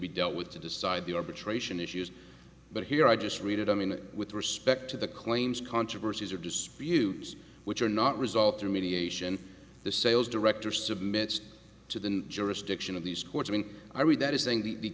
be dealt with to decide the arbitration issues but here i just read it i mean with respect to the claims controversies or disputes which are not result through mediation the sales director submit to the jurisdiction of these courts when i read th